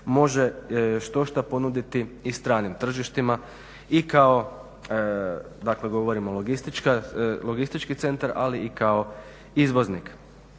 može štošta ponuditi i stranim tržištima i kao govorimo logistički centar ali i kao izvoznik.